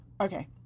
okay